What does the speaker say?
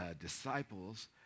disciples